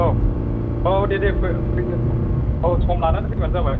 औ औ औ दे दे फै फैदो औ सम लानानै फैबानो जाबाय